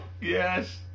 Yes